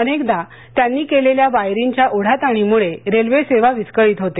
अनेकदा त्यांनी केलेल्या वायरींच्या ओढाताणीमुळे रेल्वे सेवा विस्कळीत होते